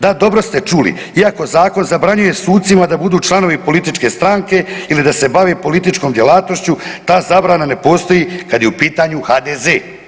Da, dobro ste čuli iako zakon zabranjuje sucima da budu članovi političke stranke ili da se bave političkom djelatnošću ta zabrana ne postoji kada je u pitanju HDZ.